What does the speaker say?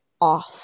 off